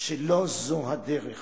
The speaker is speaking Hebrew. שלא זו הדרך